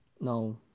No